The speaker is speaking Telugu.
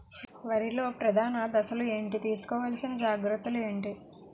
వరిలో ప్రధాన దశలు ఏంటి? తీసుకోవాల్సిన జాగ్రత్తలు ఏంటి?